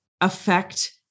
affect